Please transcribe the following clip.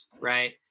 right